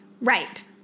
Right